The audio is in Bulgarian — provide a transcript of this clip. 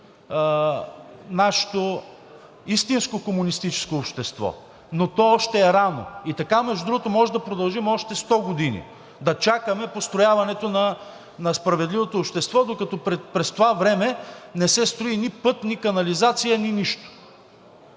нашето истинско комунистическо общество, но то още е рано. И така, между другото, можем да продължим още 100 години да чакаме построяването на справедливото общество, докато през това време не се строи нито път, нито канализация, нито нищо.